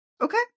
Okay